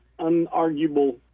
unarguable